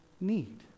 need